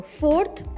fourth